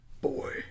boy